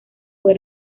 fue